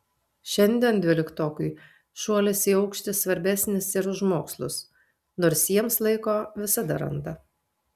šiandien dvyliktokui šuolis į aukštį svarbesnis ir už mokslus nors jiems laiko visada randa